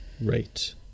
Right